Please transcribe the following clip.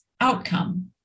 outcome